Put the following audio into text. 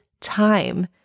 time